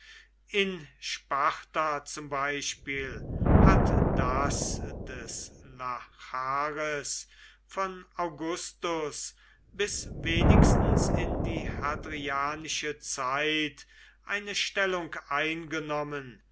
in sparta zum beispiel hat das des lachares von augustus bis wenigstens in die hadrianische zeit eine stellung eingenommen